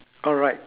alright